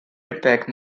gepäck